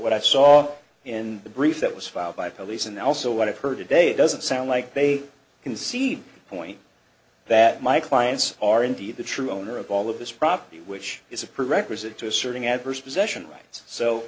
what i saw in the brief that was filed by police and also what i've heard today it doesn't sound like they can see the point that my clients are indeed the true owner of all of this property which is a prerequisite to asserting adverse possession rights so